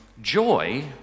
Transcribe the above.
joy